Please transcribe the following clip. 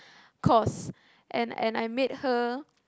cause and and I meet her